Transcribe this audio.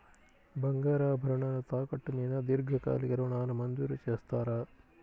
బంగారు ఆభరణాలు తాకట్టు మీద దీర్ఘకాలిక ఋణాలు మంజూరు చేస్తారా?